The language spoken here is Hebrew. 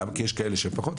כי יש כאלה שפחות,